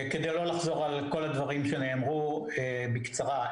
כדי לא לחזור על כל הדברים שנאמרו, בקצרה.